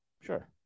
Sure